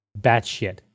batshit